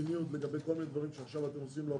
הזה לגבי כל מיני דברים שאתם עושים עכשיו לאופוזיציה.